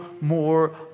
more